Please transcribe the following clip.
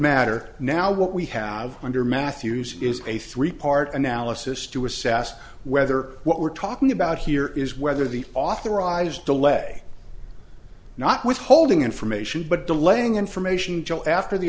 matter now what we have under matthews is a three part analysis to assess whether what we're talking about here is whether the authorized delay not withholding information but delaying information joe after the